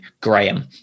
Graham